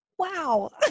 Wow